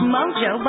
Mojo